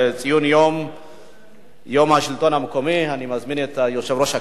הצעת חוק הכניסה לישראל (תיקון מס' 23) (זכאי שבות),